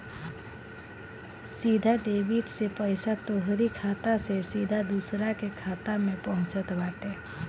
सीधा डेबिट से पईसा तोहरी खाता से सीधा दूसरा के खाता में पहुँचत बाटे